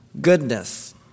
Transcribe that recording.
goodness